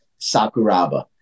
Sakuraba